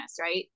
right